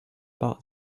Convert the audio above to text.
bought